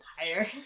higher